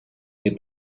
che